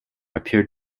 appeared